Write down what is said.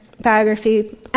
biography